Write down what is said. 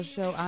Show